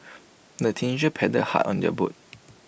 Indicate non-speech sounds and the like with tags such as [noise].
[noise] the teenagers paddled hard on their boat